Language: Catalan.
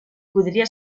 podria